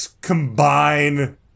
combine